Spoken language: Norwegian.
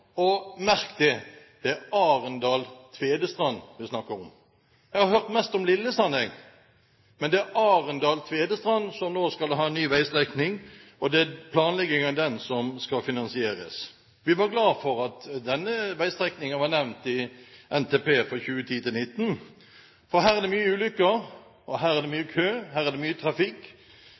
det er Arendal–Tvedestrand vi snakker om. Jeg har hørt mest om Lillesand, men det er Arendal–Tvedestrand som nå skal ha ny veistrekning, og det er planleggingen av den som skal finansieres. Vi er glad for at denne veistrekningen var nevnt i NTP for 2010–2019. Her er det mange ulykker og